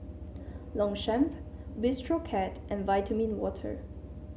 Longchamp Bistro Cat and Vitamin Water